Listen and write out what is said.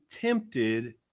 tempted